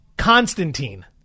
Constantine